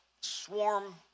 swarm